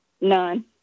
None